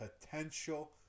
potential